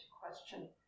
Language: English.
question